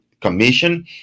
commission